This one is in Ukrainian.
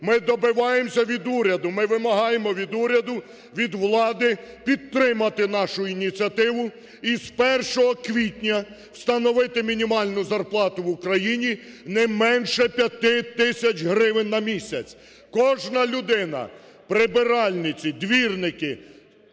Ми добиваємося від уряду, ми вимагаємо від уряду, від влади підтримати нашу ініціативу і з 1 квітня встановити мінімальну зарплату в Україні не менше 5 тисяч гривень на місяць. Кожна людина: прибиральниці, двірники